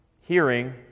Hearing